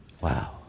Wow